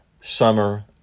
summer